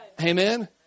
Amen